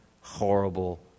horrible